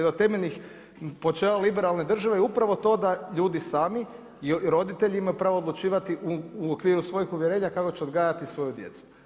Do temeljnih počeka liberalnih države je upravo to da ljudi sami i roditelji imaju pravo odlučivati u okviru svoji uvjerenja kako će odgajati svoju djecu.